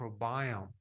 microbiome